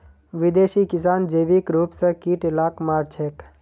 विदेशी किसान जैविक रूप स कीट लाक मार छेक